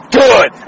good